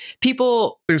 people